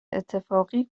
اتفاقی